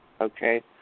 okay